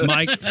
Mike